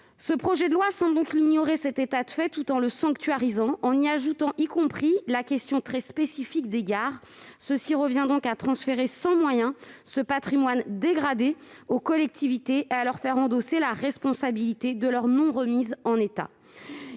Ce projet de loi semble ignorer cet état de fait, tout en le sanctuarisant et en y ajoutant la question très spécifique des gares. Cela revient à transférer sans moyens ce patrimoine dégradé aux collectivités et à leur faire endosser la responsabilité de sa non-remise en état.